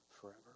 forever